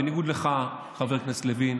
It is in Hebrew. בניגוד לך, חבר כנסת לוין,